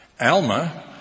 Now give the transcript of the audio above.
Alma